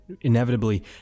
inevitably